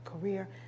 career